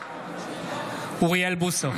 בעד אוריאל בוסו,